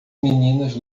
meninas